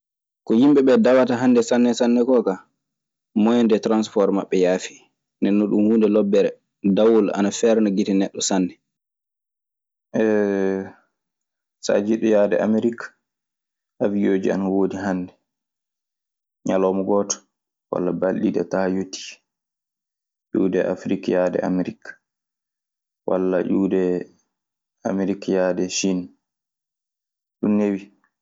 Ko yimɓe ndawata sanne sanne hande ko ka, moyen de transporu maɓe yafi. Ndenon dun hundee lobere, dawol ana ferna gitte nedon sanne. so njiɗɗo yahde Amerik, awiyonŋooji na woodi hannde. Ñalawma gooto walla balɗe ɗiɗi, tawan a yetti, iwde e Afrik yahde Amerik walla iwde Amerik yahde Siin. Ɗum newi.